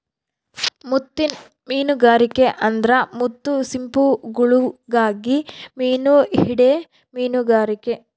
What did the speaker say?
ಮುತ್ತಿನ್ ಮೀನುಗಾರಿಕೆ ಅಂದ್ರ ಮುತ್ತು ಸಿಂಪಿಗುಳುಗಾಗಿ ಮೀನು ಹಿಡೇ ಮೀನುಗಾರಿಕೆ